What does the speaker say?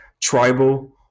tribal